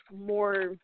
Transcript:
more